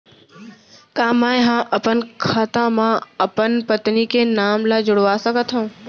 का मैं ह अपन खाता म अपन पत्नी के नाम ला जुड़वा सकथव?